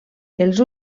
els